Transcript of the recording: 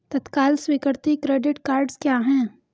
तत्काल स्वीकृति credit cards क्या हैं?